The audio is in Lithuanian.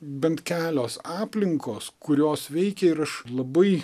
bent kelios aplinkos kurios veikė ir aš labai